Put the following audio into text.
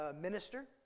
minister